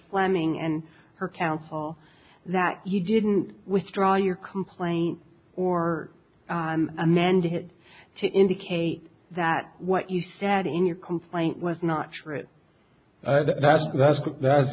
fleming and her counsel that you didn't withdraw your complaint or amended it to indicate that what you said in your complaint was not true that's that's